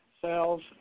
cells